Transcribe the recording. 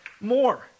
more